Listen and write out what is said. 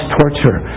torture